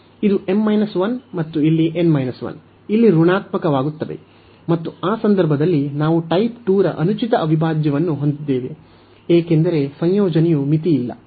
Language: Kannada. ಇದು m 1 ಮತ್ತು ಇಲ್ಲಿ n 1 ಇಲ್ಲಿ ಋಣಾತ್ಮಕವಾಗುತ್ತವೆ ಮತ್ತು ಆ ಸಂದರ್ಭದಲ್ಲಿ ನಾವು ಟೈಪ್ 2 ರ ಅನುಚಿತ ಅವಿಭಾಜ್ಯವನ್ನು ಹೊಂದಿದ್ದೇವೆ ಏಕೆಂದರೆ ಸಂಯೋಜನೆಯು ಮಿತಿಯಿಲ್ಲ